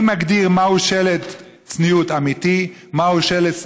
מי מגדיר מהו שלט צניעות אמיתי, מהו "שלט צניעות"